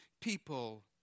people